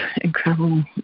incredible